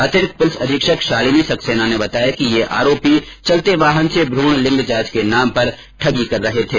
अतिरिक्त पुलिस अधीक्षक शालिनी सक्सेना ने बताया कि ये आरोपी चलते वाहन से भ्रण लिंग जांच के नाम पर ठगी कर रहे थे